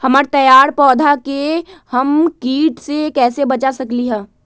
हमर तैयार पौधा के हम किट से कैसे बचा सकलि ह?